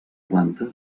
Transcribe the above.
planta